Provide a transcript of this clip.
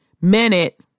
minute